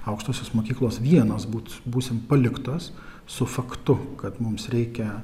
aukštosios mokyklos vienos būti būsime paliktas su faktu kad mums reikia